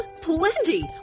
Plenty